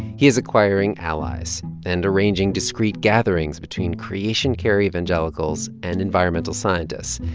he is acquiring allies and arranging discreet gatherings between creation care evangelicals and environmental scientists.